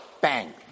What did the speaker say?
bang